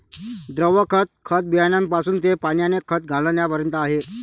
द्रव खत, खत बियाण्यापासून ते पाण्याने खत घालण्यापर्यंत आहे